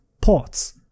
Ports